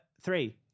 three